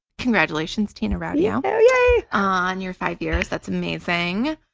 congratulations, tina rautio yeah yeah on your five years. that's amazing.